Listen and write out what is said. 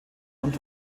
und